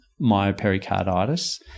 myopericarditis